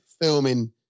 filming